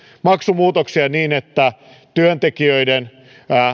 maksumuutoksia niin että työntekijöiden